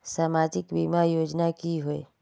सामाजिक बीमा योजना की होय?